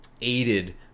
aided